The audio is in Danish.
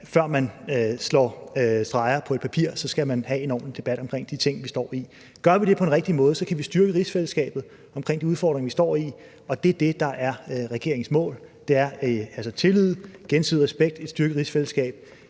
Før man sætter streger på et papir, skal man have en ordentlig debat om de ting, vi står med. Gør vi det på den rigtige måde, kan vi styrke rigsfællesskabet i forhold til de udfordringer, vi står med. Det, der er regeringens mål, er altså tillid, gensidig respekt og et styrket rigsfællesskab